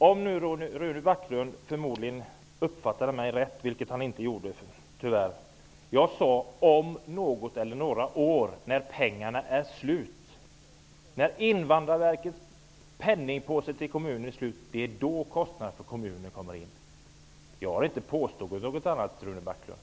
Herr talman! Rune Backlund uppfattade förmodligen inte riktigt vad jag sade. Jag sade att det gällde om något eller några år, när pengarna är slut. När Invandrarverkets penningpåse är tom kommer kommunernas kostnader in. Jag har inte påstått något annat, Rune Backlund.